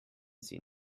sie